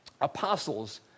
Apostles